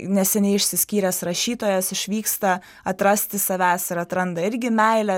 neseniai išsiskyręs rašytojas išvyksta atrasti savęs ir atranda irgi meilę